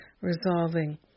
resolving